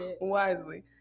wisely